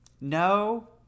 No